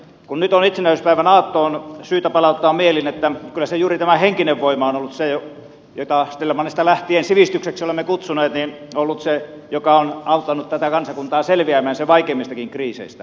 kun nyt on itsenäisyyspäivän aatto on syytä palauttaa mieliin että kyllä se juuri tämä henkinen voima on ollut se jota snellmanista lähtien sivistykseksi olemme kutsuneet joka on auttanut tätä kansakuntaa selviämään sen vaikeimmistakin kriiseistä